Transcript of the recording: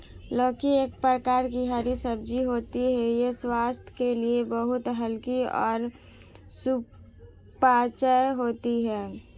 लौकी एक प्रकार की हरी सब्जी होती है यह स्वास्थ्य के लिए बहुत हल्की और सुपाच्य होती है